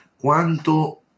quanto